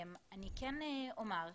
אני כן אומר,